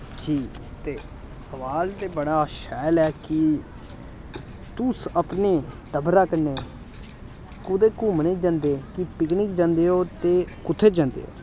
जी ते सोआल ते बड़ा शैल ऐ कि तुस अपने टब्बरा कन्नै कुदै घुम्मनै गी जंदे कि पिकनिक जंदे ओ ते कु'त्थै जंदे ओ